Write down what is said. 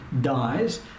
dies